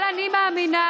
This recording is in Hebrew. אבל אני מאמינה,